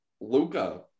Luca